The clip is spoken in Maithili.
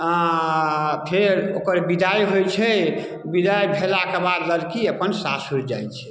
फेर ओकर बिदाइ होइ छै बिदाइ भेलाके बाद लड़की अपन सासुर जाइ छै